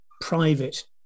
private